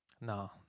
No